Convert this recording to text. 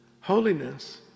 holiness